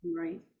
Right